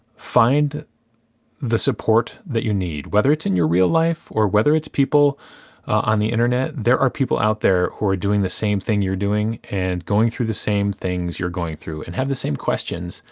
find the support that you need. whether it's in your real life, or whether it's people on the internet. there are people out there who are doing the same thing you're doing, and going through the same things you're going through, and have the same questions,